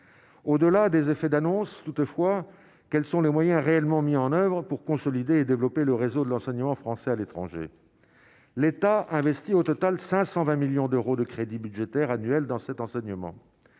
au-delà des effets d'annonce, toutefois, quels sont les moyens réellement mis en oeuvre pour consolider et développer le réseau de l'enseignement français à l'étranger, l'État a investi au total 520 millions d'euros de crédits budgétaires annuels dans cet enseignement,